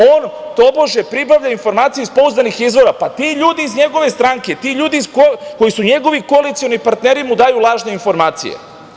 On, tobože pribavlja informacije iz pouzdanih izvora, pa ti ljudi iz njegove stranke, ti ljudi koji su njegovi koalicioni partneri mu daju lažne informacije.